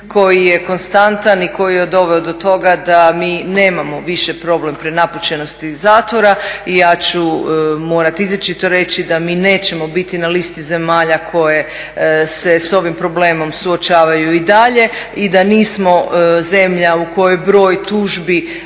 koji je konstantan i koji je doveo do toga da mi nemamo više problem prenapučenosti zatvora i ja ću morati izričito reći da mi nećemo biti na listi zemalja koje se s ovim problemom suočavaju i dalje i da nismo zemlja u kojoj broj tužbi